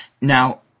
Now